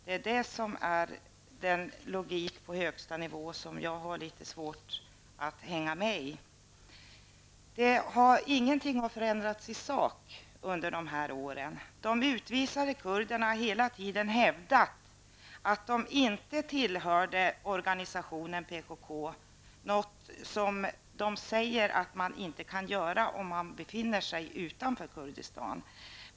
Det är den logiken på högsta nivå som jag har litet svårt att hänga med i. Ingenting har förändrats i sak under dessa år. De utvisningshotade kurderna har hela tiden hävdat att de inte tillhör organisationen PKK, något som de säger att man inte kan göra om man befinner sig utanför Kurdistan.